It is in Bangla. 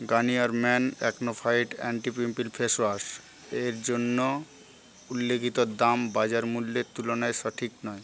Garnier man AcnoFight anti pimple face wash এর জন্য উল্লিখিত দাম বাজার মূল্যের তুলনায় সঠিক নয়